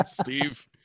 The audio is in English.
Steve